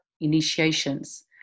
initiations